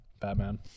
batman